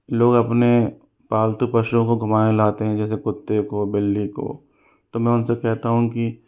लोग अपने पालतू पशुओं को घूमाने लाते हैं जैसे कुत्ते को बिल्ली को तो मैं उनसे कहता हूँ कि